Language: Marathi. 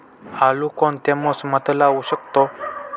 आळू कोणत्या मोसमात लावू शकतो?